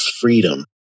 freedom